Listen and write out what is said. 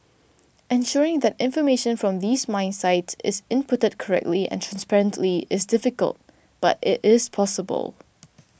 ensuring that information from these mine sites is inputted correctly and transparently is difficult but it is possible